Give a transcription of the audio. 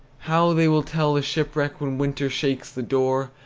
how they will tell the shipwreck when winter shakes the door,